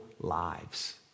lives